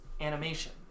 animation